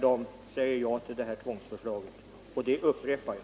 Det sade jag också, och det upprepar jag.